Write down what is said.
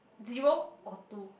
zero or two